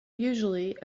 usually